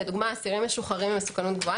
לדוגמה אסירים משוחררים עם מסוכנות גבוהה